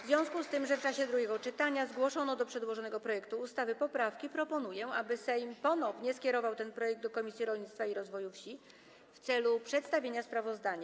W związku z tym, że w czasie drugiego czytania zgłoszono do przedłożonego projektu ustawy poprawki, proponuję, aby Sejm ponownie skierował ten projekt do Komisji Rolnictwa i Rozwoju Wsi w celu przedstawienia sprawozdania.